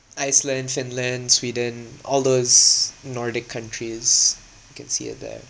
iceland finland sweden all those nordic countries can see it there